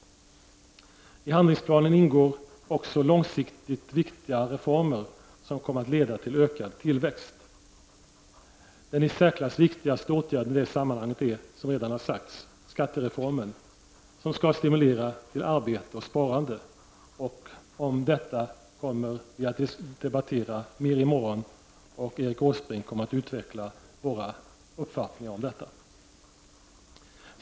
I handlingsplanen ingår också långsiktigt viktiga reformer som kommer att leda till ökad tillväxt. Den i särklass viktigaste åtgärden i det sammanhanget är, som redan har sagts, skattereformen, som skall stimulera till arbete och sparande. Detta kommer vi att debattera i morgon, då Erik Åsbrink kommer att utveckla vår syn.